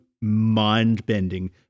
mind-bending